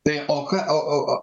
tai o ką o o o